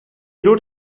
wrote